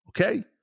Okay